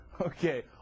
Okay